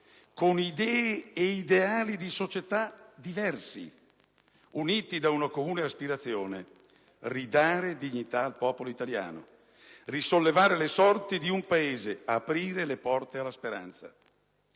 con idee e ideali di società diversi, uniti da una comune aspirazione: ridare dignità al popolo italiano, risollevare le sorti di un Paese, aprire le porte alla speranza.